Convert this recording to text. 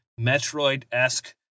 Metroid-esque